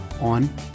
on